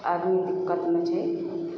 आदमी दिक्कतमे छै